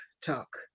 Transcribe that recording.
talk